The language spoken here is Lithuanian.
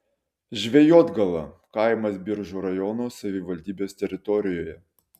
žvejotgala kaimas biržų rajono savivaldybės teritorijoje